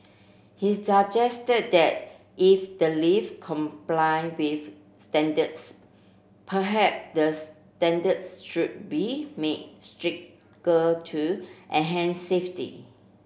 he suggested that if the lift complied with standards the standards should be made stricter to enhance safety